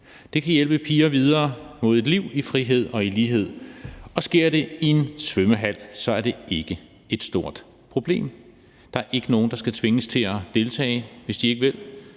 Det kan hjælpe piger mod et liv i frihed og i lighed, og sker det i en svømmehal, er det ikke et stort problem. Der er ikke nogen, der skal tvinges til at deltage, hvis de ikke vil.